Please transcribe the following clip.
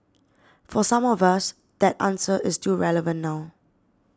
for some of us that answer is still relevant now